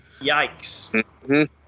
Yikes